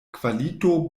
kvalito